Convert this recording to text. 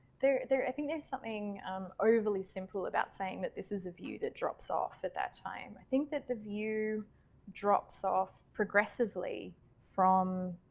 there there i think there's something overly simple about saying that this is a view that drops off at that time. i think that the view drops off progressively from